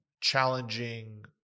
challenging